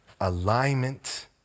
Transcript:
Alignment